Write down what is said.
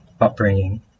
upbringing